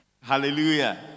Hallelujah